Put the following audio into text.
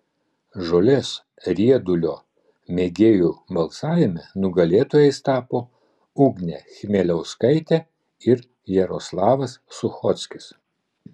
žolės riedulio mėgėjų balsavime nugalėtojais tapo ugnė chmeliauskaitė ir jaroslavas suchockis